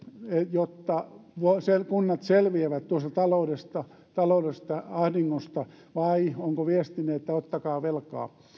jotta kunnat selviävät tuosta taloudesta taloudellisesta ahdingosta vai onko viestinne että ottakaa velkaa